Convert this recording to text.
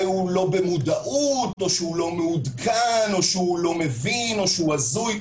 הוא לא במודעות או שהוא לא מעודכן או שהוא לא מבין או שהוא הזוי.